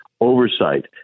oversight